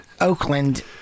Oakland